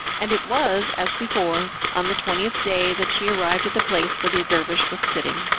and it was, as before, on the twentieth day that she arrived at the place where the dervish was sitting.